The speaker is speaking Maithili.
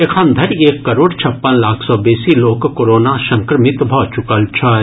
एखनधरि एक करोड़ छप्पन लाख सॅ बेसी लोक कोरोना संक्रमित भऽ चुकल छथि